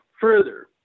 Further